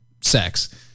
sex